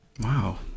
Wow